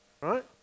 right